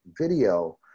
video